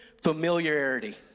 Familiarity